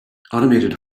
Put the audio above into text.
automated